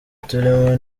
turimo